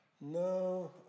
No